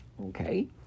okay